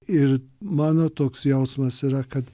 ir mano toks jausmas yra kad